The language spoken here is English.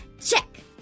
Check